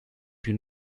più